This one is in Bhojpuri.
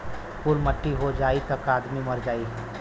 कुल मट्टी हो जाई त आदमी मरिए जाई